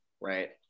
right